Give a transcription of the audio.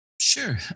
Sure